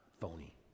phony